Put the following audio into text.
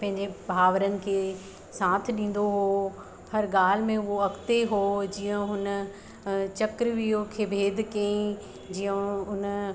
पंहिंजे भाउरनि खे साथ ॾींदो हो हर ॻाल्हि में हूअ अॻिते हो जीअं हुन चक्रव्यूह खे भेद कई जीअं उन